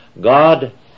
God